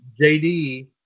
JD